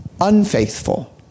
unfaithful